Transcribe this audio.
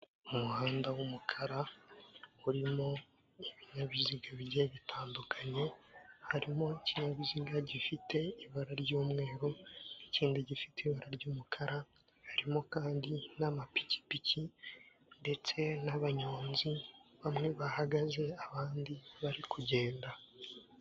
Umuhanda w'umukara, urimo ibinyabiziga bigiye bitandukanye, harimo ikinyabiziga gifite ibara ry'umweru n'ikindi gifite ibara ry'umukara, harimo kandi n'amapikipiki ndetse n'abanyonzi, bamwe bahagaze, abandi bari kugenda.